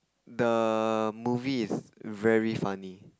the movie is very funny